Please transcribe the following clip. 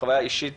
חוויה אישית